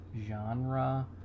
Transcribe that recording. genre